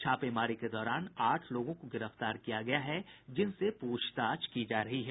छापेमारी के दौरान आठ लोगों को गिरफ्तार किया गया है जिनसे पूछताछ की जा रही है